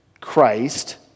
Christ